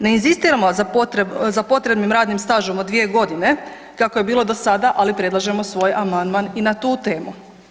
Ne inzistiramo za potrebnim radnim stažom od 2 g. kako je bilo do sada, ali predlažemo svoj amandman i na tu temu.